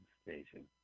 station